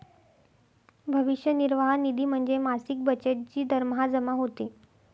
भविष्य निर्वाह निधी म्हणजे मासिक बचत जी दरमहा जमा होते